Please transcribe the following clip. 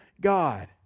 God